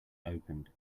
opened